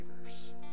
believers